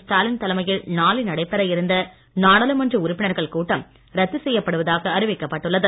ஸ்டாலின் தலைமையில் நாளை நடைபெற இருந்த நாடாளுமன்ற உறுப்பினர்கள் கூட்டம் ரத்து செய்யப்படுவதாக அறிவிக்கப்பட்டுள்ளது